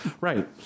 Right